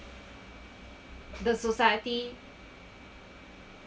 the society